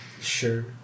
Sure